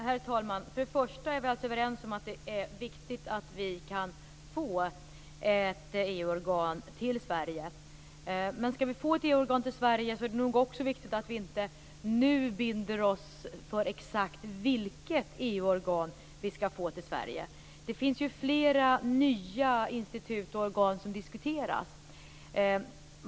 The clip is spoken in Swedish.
Herr talman! Först och främst kan jag säga att vi är överens om att det är viktigt att vi kan få ett EU organ till Sverige. Men om vi skall få ett EU-organ till Sverige är det nog också viktigt att vi inte nu binder oss för exakt vilket EU-organ det skall vara. Flera nya institut och organ diskuteras.